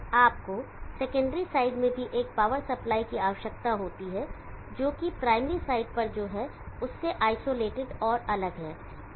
आपको secondary side में भी एक पावर सप्लाई की आवश्यकता होती है जो कि प्राइमरी साइड पर जो है उससे आइसोलेटेड और अलग है